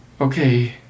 Okay